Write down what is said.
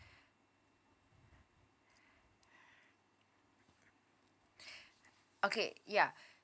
okay ya